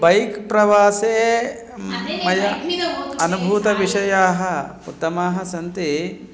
bike प्रवासे मया अनुभूतविषयाः उत्तमाः सन्ति